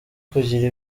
kugira